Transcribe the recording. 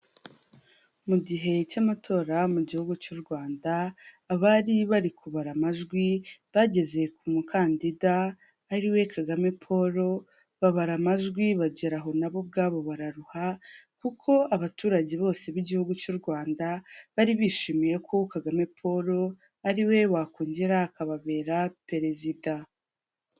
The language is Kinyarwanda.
Mu gihe cy'amatora mu gihugu cy'u Rwanda abari bari kubara amajwi bageze ku mukandida ariwe kagame Paul babara amajwi bagera aho nabo ubwabo bararuha, kuko abaturage bose b'igihugu cy'u Rwanda bari bishimiye ko Kagame Paul ari we wakongera akababera perezida.